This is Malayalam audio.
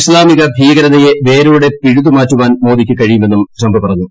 ഇസ്താമിക ഭീകരതയെ വേരോടെ പിഴുതു മാറ്റുവാൻ മോദിക്ക് കഴിയുമെന്നും ട്രംപ് പ്ലറഞ്ഞു